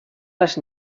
les